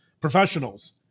professionals